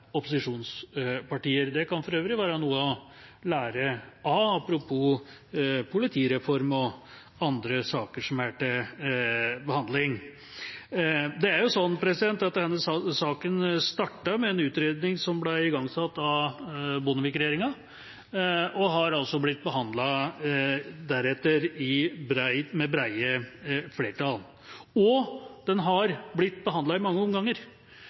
opposisjonspartier. Det kan for øvrig være noe å lære av – apropos politireform og andre saker som er til behandling. Denne saken startet med en utredning som ble igangsatt av Bondevik-regjeringa, og har blitt behandlet deretter med brede flertall. Og den har blitt behandlet i mange omganger.